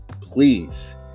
Please